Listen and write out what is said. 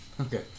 Okay